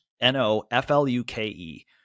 N-O-F-L-U-K-E